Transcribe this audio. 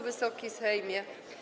Wysoki Sejmie!